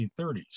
1930s